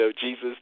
Jesus